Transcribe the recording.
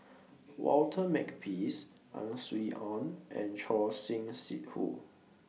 Walter Makepeace Ang Swee Aun and Choor Singh Sidhu